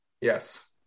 Yes